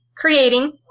Creating